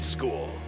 School